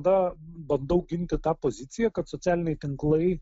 na bandau ginti tą poziciją kad socialiniai tinklai